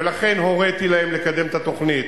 ולכן הוריתי להם לקדם את התוכנית.